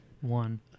one